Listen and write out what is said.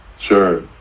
sure